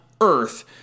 earth